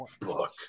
book